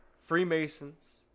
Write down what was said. Freemasons